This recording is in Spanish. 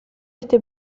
este